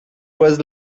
was